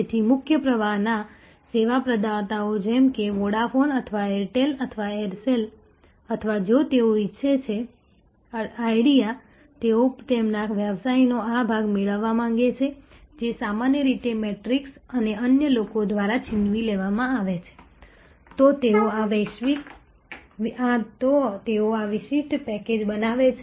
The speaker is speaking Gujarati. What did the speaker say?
તેથી મુખ્ય પ્રવાહના સેવા પ્રદાતાઓ જેમ કે વોડાફોન અથવા એરટેલ અથવા એરસેલ અથવા જો તેઓ ઇચ્છે છે આઇડિયા તેઓ તેમના વ્યવસાયનો આ ભાગ મેળવવા માંગે છે જે સામાન્ય રીતે મેટ્રિક્સ અને અન્ય લોકો દ્વારા છીનવી લેવામાં આવે છે તો તેઓ આ વિશિષ્ટ પેકેજ બનાવે છે